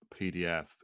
pdf